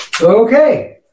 Okay